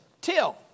Till